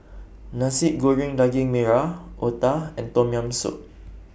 Nasi Goreng Daging Merah Otah and Tom Yam Soup